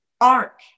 ark